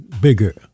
bigger